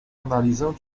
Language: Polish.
analizę